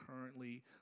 currently